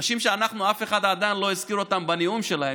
אנשים שאף אחד עדיין לא הזכיר אותם בנאום שלו,